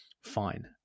fine